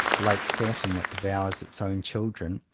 like saturn, it devours its own children.